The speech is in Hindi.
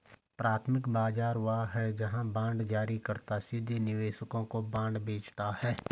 प्राथमिक बाजार वह है जहां बांड जारीकर्ता सीधे निवेशकों को बांड बेचता है